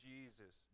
Jesus